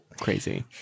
crazy